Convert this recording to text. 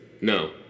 No